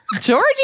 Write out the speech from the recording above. Georgie